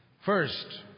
first